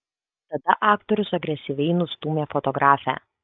tada aktorius agresyviai nustūmė fotografę